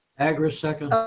agra second